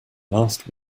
last